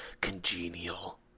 congenial